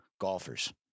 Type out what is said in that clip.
golfers